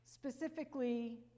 Specifically